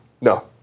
No